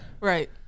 right